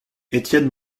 étienne